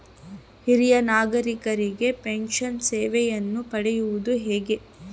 ಹಿರಿಯ ನಾಗರಿಕರಿಗೆ ಪೆನ್ಷನ್ ಸೇವೆಯನ್ನು ಪಡೆಯುವುದು ಹೇಗೆ?